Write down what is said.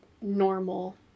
normal